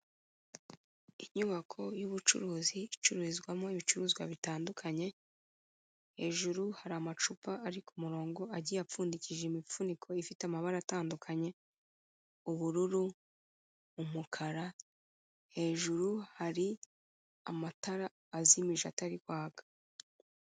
Inyubako y'ubucuruzi icururizwamo ibicuruzwa bitandukanye, hejuru hari amacupa ari ku murongo agiye apfundikije imipfuniko ifite amabara atandukanye ubururu, umukara, hejuru hari amatara azimije atari kwaka.